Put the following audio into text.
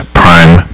prime